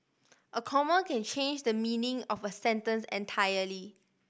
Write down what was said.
a comma can change the meaning of a sentence entirely